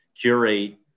curate